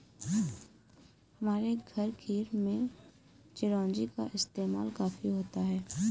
हमारे घर खीर में चिरौंजी का इस्तेमाल काफी होता है